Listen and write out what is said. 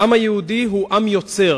העם היהודי הוא עם יוצר.